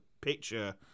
picture